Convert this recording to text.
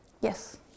Yes